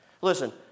Listen